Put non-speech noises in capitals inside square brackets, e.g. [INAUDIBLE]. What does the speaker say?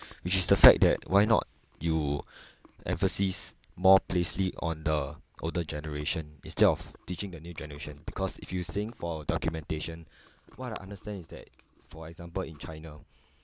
[BREATH] which is the fact that why not you [BREATH] emphasis more placely on the older generation instead of teaching the new generation because if you saying for documentation [BREATH] what I understand is that for example in china